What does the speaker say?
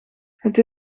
het